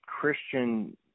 Christian